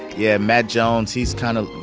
yeah, matt jones. he's kind of,